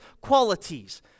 qualities